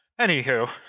anywho